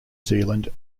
zealand